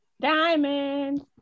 Diamonds